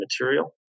material